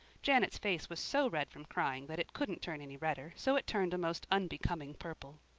janet's face was so red from crying that it couldn't turn any redder, so it turned a most unbecoming purple.